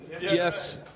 Yes